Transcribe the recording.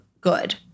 good